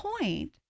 point